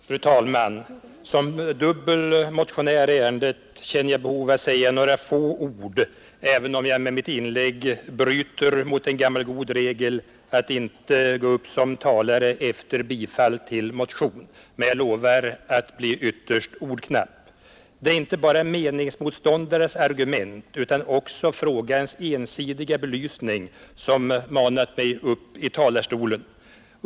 Fru talman! Som dubbel motionär i ärendet känner jag ett behov av att säga några få ord, även om jag med mitt inlägg bryter mot en gammal god regel att inte gå upp som talare efter ett bifall till motion. Men jag lovar att bli ytterst ordknapp. Det är inte bara meningsmotståndares argument utan också frågans ensidiga belysning som manat mig upp i talarstolen.